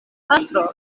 patro